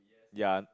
ya